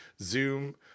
Zoom